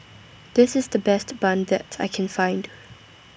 This IS The Best Bun that I Can Find